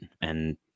And-